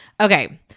okay